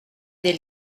des